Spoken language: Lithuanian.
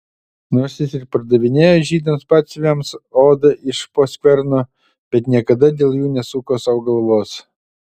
nors jis ir pardavinėjo žydams batsiuviams odą iš po skverno bet niekada dėl jų nesuko sau galvos